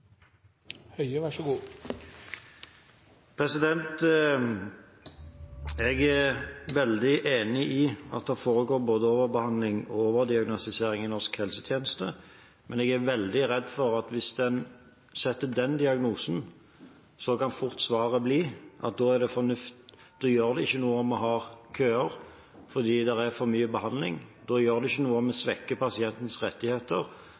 Jeg er veldig enig i at det foregår både overbehandling og overdiagnostisering i norsk helsetjeneste, men jeg er veldig redd for å stille den diagnosen, for da kan svaret fort bli at det ikke gjør noe om vi har køer, fordi det er for mye behandling. Da gjør det ikke noe om vi svekker pasientenes rettigheter,